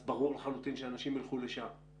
אז ברור לחלוטין שאנשים ילכו לשם.